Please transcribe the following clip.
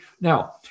Now